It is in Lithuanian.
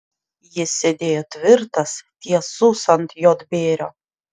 jis sėdėjo tvirtas tiesus ant juodbėrio